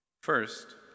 First